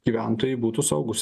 gyventojai būtų saugūs